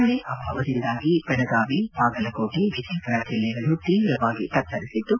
ಮಳೆ ಅಭಾವದಿಂದಾಗಿ ಬೆಳಗಾವಿ ಬಾಗಲಕೋಟೆ ವಿಜಯಪುರ ಜಿಲ್ಲೆಗಳು ಬರದಿಂದ ತೀವ್ರವಾಗಿ ತತ್ತರಿಸಿದ್ದು